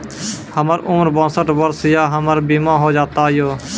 हमर उम्र बासठ वर्ष या हमर बीमा हो जाता यो?